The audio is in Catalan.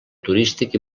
turístic